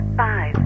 five